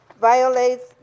violates